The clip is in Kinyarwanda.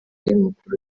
y’umukuru